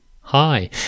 Hi